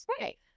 Right